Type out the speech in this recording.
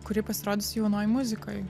kuri pasirodys jaunoj muzikoj